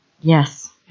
Yes